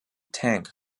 tank